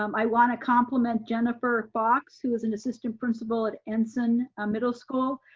um i wanna compliment jennifer fox, who is an assistant principal at ensign ah middle school.